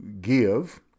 give